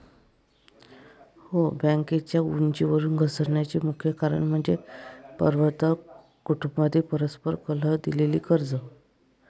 हो, बँकेच्या उंचीवरून घसरण्याचे मुख्य कारण म्हणजे प्रवर्तक कुटुंबातील परस्पर कलह, दिलेली कर्जे